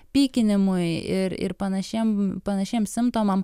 pykinimui ir ir panašiem panašiem simptomam